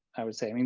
i would say, i mean,